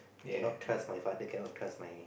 cannot trust my father cannot trust my